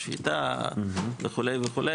שפיטה וכו',